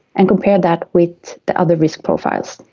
and compared that with the other risk profiles.